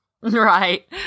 right